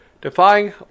Defying